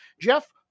Jeff